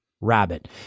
Rabbit